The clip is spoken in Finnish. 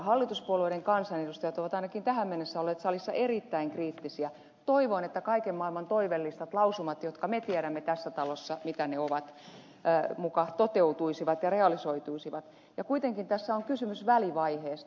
hallituspuolueiden kansanedustajat ovat ainakin tähän mennessä olleet salissa erittäin kriittisiä toivoen että kaiken maailman toivelistat lausumat jotka me tiedämme tässä talossa mitä ne ovat muka toteutuisivat ja realisoituisivat ja kuitenkin tässä on kysymys välivaiheesta